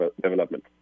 development